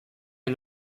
est